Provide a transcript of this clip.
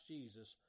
Jesus